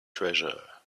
treasure